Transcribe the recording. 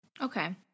Okay